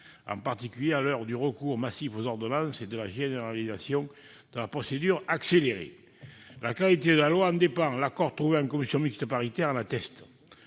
encore plus vrai à l'heure du recours massif aux ordonnances et de la généralisation de la procédure accélérée. La qualité de la loi en dépend. L'accord trouvé en commission mixte paritaire en atteste.